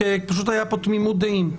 פשוט הייתה כאן תמימות דעים.